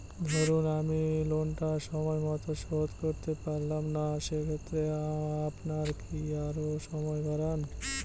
ধরুন আমি লোনটা সময় মত শোধ করতে পারলাম না সেক্ষেত্রে আপনার কি আরো সময় বাড়ান?